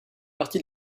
partie